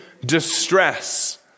distress